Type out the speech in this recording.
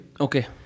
Okay